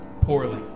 poorly